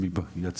אני מודה